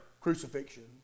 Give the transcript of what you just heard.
crucifixion